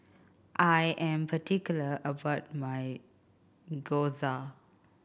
I am particular about my Gyoza